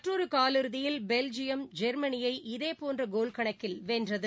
மற்றொருகாலிறுதியில் Belgium ஜெர்மனியை இதேபோன்றகோல் கணக்கில் வென்றது